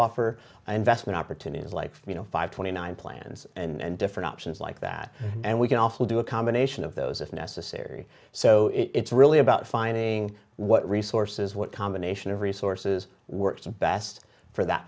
offer unvested opportunities like you know five twenty nine plans and different options like that and we can also do a combination of those if necessary so it's really about finding what resources what combination of resources works best for that